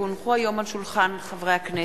כי הונחו היום על שולחן הכנסת,